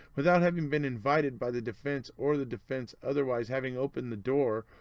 without having been invited by the defense, or the defense otherwise having opened the door,